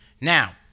Now